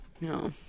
No